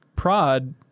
prod